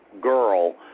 girl